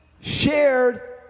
shared